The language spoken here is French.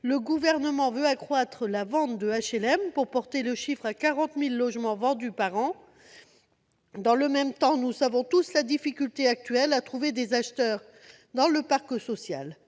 le Gouvernement veut accroître la vente de logements HLM, pour porter leur nombre à 40 000 par an. Dans le même temps, nous savons tous la difficulté actuelle à trouver des acheteurs dans le parc social.